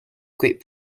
great